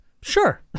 Sure